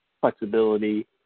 flexibility